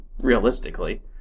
realistically